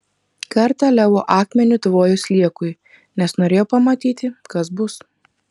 kartą leo akmeniu tvojo sliekui nes norėjo pamatyti kas bus